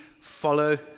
follow